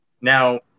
now